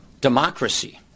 democracy